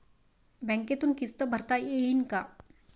बँकेतून किस्त भरता येईन का?